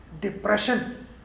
depression